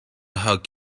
hug